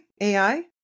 AI